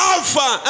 Alpha